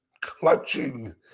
clutching